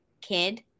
kid